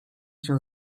się